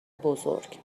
بزرگ